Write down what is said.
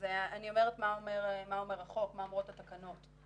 אני אומרת מה אומר החוק, מה אומרות התקנות.